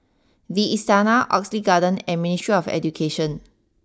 the Istana Oxley Garden and Ministry of Education